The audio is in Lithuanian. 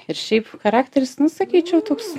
ir šiaip charakteris na sakyčiau toks